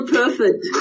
perfect